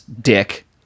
dick